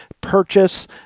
purchase